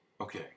okay